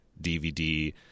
dvd